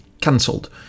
cancelled